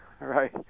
right